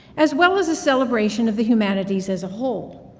as well as a celebration of the humanities as a whole.